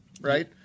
right